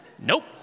Nope